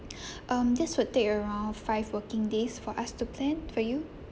um this would take around five working days for us to plan for you